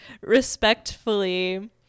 respectfully